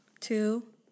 two